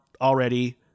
already